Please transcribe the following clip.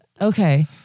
Okay